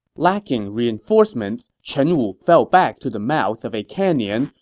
lacking reinforcements, chen wu fell back to the mouth of a canyon,